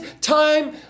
time